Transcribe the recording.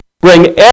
bring